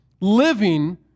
living